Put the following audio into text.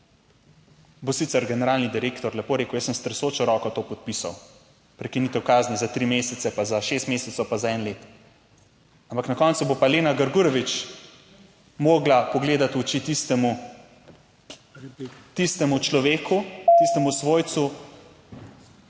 bo sicer generalni direktor lepo rekel, jaz sem s tresočo roko to podpisal, prekinitev kazni za tri mesece, pa za šest mesecev, pa za eno leto, ampak na koncu bo pa Lena Grgurevič mogla pogledati v oči tistemu, tistemu človeku, tistemu svojcu,